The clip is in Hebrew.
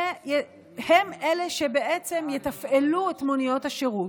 והם שבעצם יתפעלו את מוניות השירות.